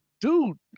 Dude